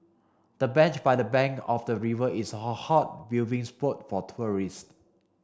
the bench by the bank of the river is a hot viewing spot for tourists